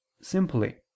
simply